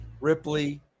Ripley